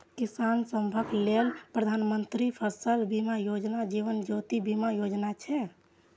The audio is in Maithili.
किसान सभक लेल प्रधानमंत्री फसल बीमा योजना, जीवन ज्योति बीमा योजना छै